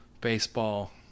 baseball